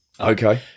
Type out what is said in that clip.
Okay